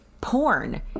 porn